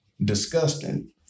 disgusting